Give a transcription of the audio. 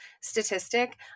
statistic